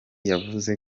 yavuze